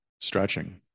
stretching